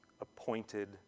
appointed